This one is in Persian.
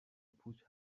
پوچ